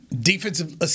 Defensive